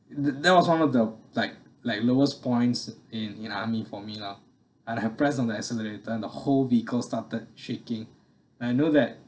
that that was one of the like like lowest points in in army for me lah and have press on the accelerator and the whole vehicle started shaking and I know that